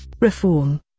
reform